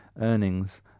earnings